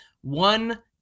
one